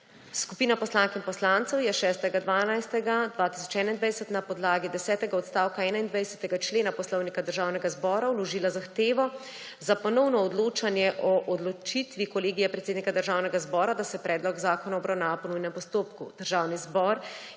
Skupina poslank in poslancev je 6. 12. 2021 na podlagi desetega odstavka 21. člena Poslovnika Državnega zbora vložila zahtevo za ponovno odločanje o odločitvi Kolegija predsednika Državnega zbora, da se predlog zakona obravnava po nujnem postopku. Državni zbor